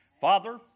Father